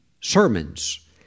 sermons